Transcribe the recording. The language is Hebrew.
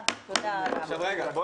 הישיבה ננעלה בשעה 10:57.